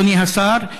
אדוני השר,